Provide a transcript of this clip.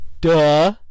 duh